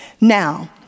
Now